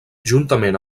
juntament